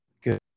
good